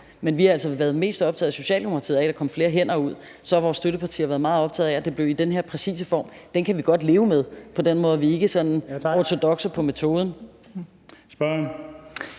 altså været mest optaget af, at der kom flere hænder ud. Så har vores støttepartier været meget optaget af, at det blev i den her præcise form. Den kan vi godt leve med. Vi er ikke sådan ortodokse, hvad angår metoden. Kl.